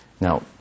Now